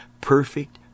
perfect